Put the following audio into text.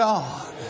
God